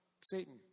Satan